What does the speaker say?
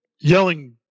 yelling